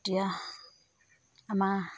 আমাৰ